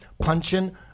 punching